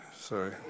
sorry